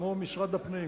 כמו משרד הפנים,